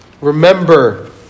Remember